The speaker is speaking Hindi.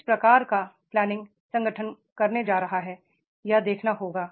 किस प्रकार का प्लानिंसंगठन करने जा रहा है यह देखना होगा